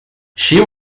she